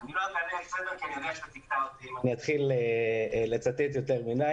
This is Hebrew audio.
אני יודע שאתה תקטע אותי אם אני אתחיל לצטט יותר מדי